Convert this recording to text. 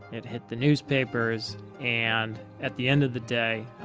it hit the newspapers and at the end of the day,